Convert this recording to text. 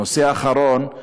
הנושא האחרון הוא